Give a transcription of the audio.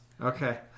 Okay